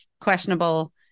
questionable